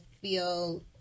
feel